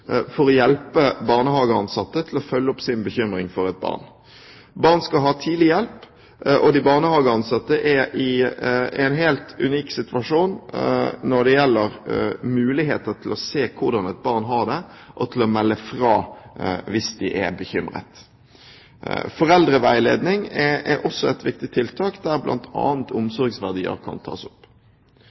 for å hjelpe barnehageansatte til å følge opp sin bekymring for et barn. Barn skal ha tidlig hjelp, og de barnehageansatte er i en helt unik situasjon når det gjelder muligheten til å se hvordan et barn har det og til å melde fra hvis de er bekymret. Foreldreveiledning er også et viktig tiltak der bl.a. omsorgsverdier kan tas opp.